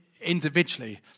individually